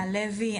אלי לוי.